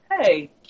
Hey